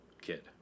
kid